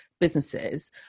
businesses